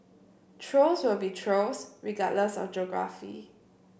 trolls will be trolls regardless of geography